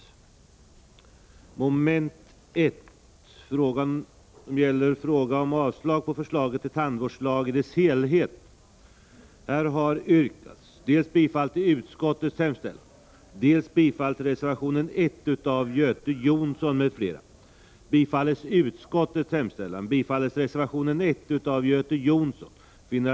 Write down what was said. De kommuner som genomfört fyradagarsvecka i grundskolans första årskurser har gjort det av olika skäl. Det har t.ex. gällt att genomföra en mjuk övergång från förskola till skola, att minska antalet restillfällen eller att spara pengar.